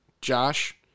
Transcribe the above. Josh